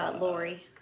Lori